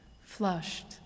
flushed